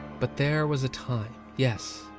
but there was a time. yes,